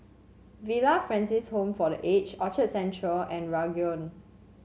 Villa Francis Home for The Aged Orchard Central and Ranggung